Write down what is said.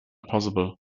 possible